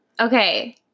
okay